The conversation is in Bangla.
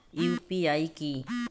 ইউ.পি.আই কি?